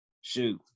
shoot